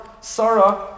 Sarah